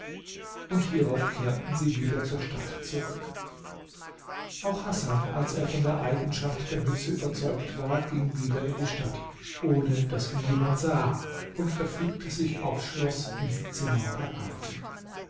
und hierauf kehrten sie wieder zur stadt zurück auch hasan als er von der eigenschaft der mütze überzeugt war ging wieder in die stadt ohne daß ihn jemand sah und verfügte sich aufs schloß ins zimmer der alten